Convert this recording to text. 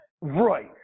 right